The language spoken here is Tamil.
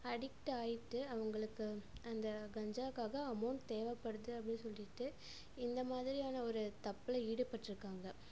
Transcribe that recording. அடிக்ட்டாகிட்டு அவங்களுக்கு அந்த கஞ்சாக்காக அமௌண்ட் தேவைப்படுது அப்டின்னு சொல்லிட்டு இந்த மாதிரியான ஒரு தப்பில் ஈடுபட்டுருக்காங்க